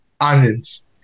Onions